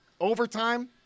overtime